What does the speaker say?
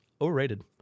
Overrated